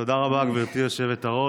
תודה רבה, גברתי היושבת-ראש.